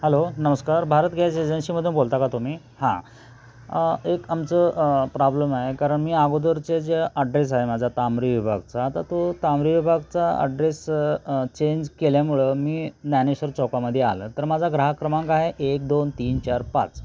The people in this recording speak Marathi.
हॅलो नमस्कार भारत गॅस एजन्सीमधून बोलता का तुम्ही हां एक आमचं प्रॉब्लेम आहे कारण मी अगोदरचे जे अड्रेस आहे माझा तांबरी विभागचा तर तो तांबरी विभागचा अड्रेस चेंज केल्यामुळं मी ज्ञानेश्वर चौकामध्ये आलं तर माझा ग्राहक क्रमांक आहे एक दोन तीन चार पाच